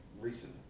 recently